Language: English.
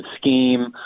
scheme